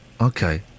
okay